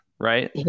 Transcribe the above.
right